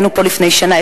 היינו פה לפני שנה,